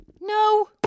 No